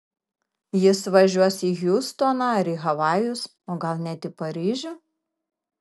jis važiuos į hjustoną ar į havajus o gal net į paryžių